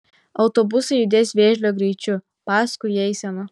autobusai judės vėžlio greičiu paskui eiseną